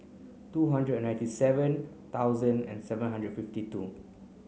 two hundred and ninety seven thousand and seven hundred fifty two